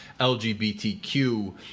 LGBTQ